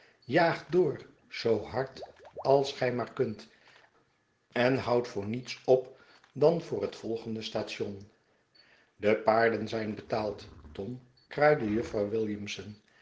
jaagt door zoo hard als gij maar kunt en houdt voor niets op dan voor het volgende station de paarden zijn betaald tom kraaide jufvrouw williamson